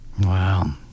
Wow